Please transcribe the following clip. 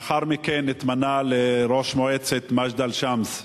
לאחר מכן התמנה לראש מועצת מג'דל-שמס,